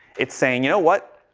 it's saying, you know what,